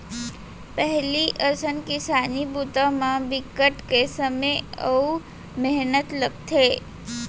पहिली असन किसानी बूता म बिकट के समे अउ मेहनत लगथे